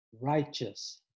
righteous